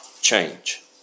change